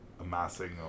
amassing